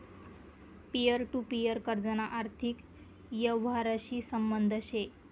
peer to peer कर्जना आर्थिक यवहारशी संबंध शे